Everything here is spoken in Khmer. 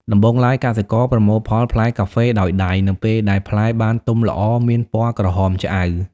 ដំបូងឡើយ កសិករប្រមូលផលផ្លែកាហ្វេដោយដៃ នៅពេលដែលផ្លែបានទុំល្អមានពណ៌ក្រហមឆ្អៅ។